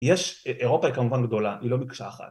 יש אירופה היא כמובן גדולה, היא לא מקצוע אחת